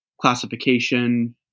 classification